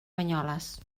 banyoles